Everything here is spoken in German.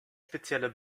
spezielle